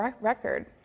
record